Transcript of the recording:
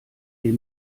dir